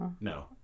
no